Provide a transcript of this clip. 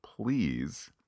please